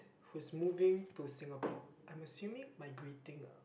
who is moving to Singapore I am assuming migrating lah